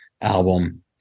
album